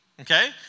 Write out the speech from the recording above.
okay